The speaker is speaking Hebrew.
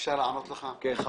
אפשר לענות לך בכבוד?